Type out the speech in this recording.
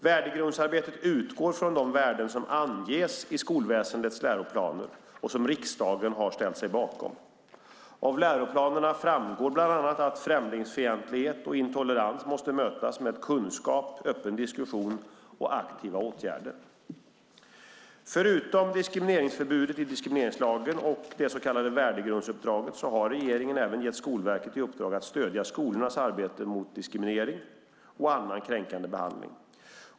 Värdegrundsarbetet utgår från de värden som anges i skolväsendets läroplaner och som riksdagen har ställt sig bakom. Av läroplanerna framgår bland annat att främlingsfientlighet och intolerans måste mötas med kunskap, öppen diskussion och aktiva åtgärder. Förutom diskrimineringsförbudet i diskrimineringslagen och det så kallade värdegrundsuppdraget har regeringen även gett Skolverket i uppdrag att stödja skolornas arbete mot diskriminering och annan kränkande behandling.